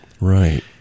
Right